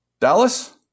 dallas